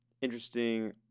interesting